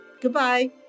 goodbye